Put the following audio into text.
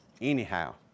anyhow